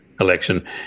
election